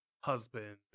husband